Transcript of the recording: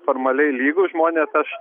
formaliai lygūs žmonės aš